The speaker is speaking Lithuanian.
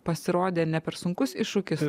pasirodė ne per sunkus iššūkis